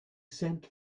sent